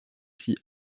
aussi